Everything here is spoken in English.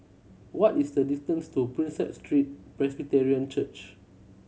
what is the distance to Prinsep Street Presbyterian Church